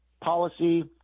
policy